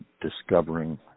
discovering